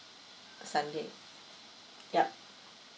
sunday ya